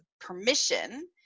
permission